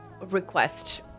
request